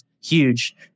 huge